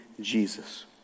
Jesus